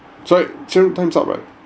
sorry time's up right